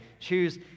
choose